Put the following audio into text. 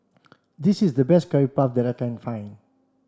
this is the best curry puff that I can find